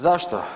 Zašto?